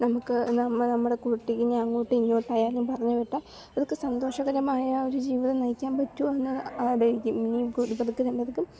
നമുക്ക് നമ്മുടെ കുട്ടിയെ അങ്ങോട്ട് ഇങ്ങോട്ട് ആയാലും പറഞ്ഞുവിട്ട അതൊക്കെ സന്തോഷകരമായ ഒരു ജീവിതം നയിക്കാൻ പറ്റുമോ എന്നത് ആലോചിക്കും കുടുംബത്തിൽ എല്ലാവർക്കും